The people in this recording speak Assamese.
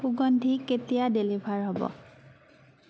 সুগন্ধি কেতিয়া ডেলিভাৰ হ'ব